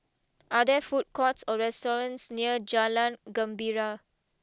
are there food courts or restaurants near Jalan Gembira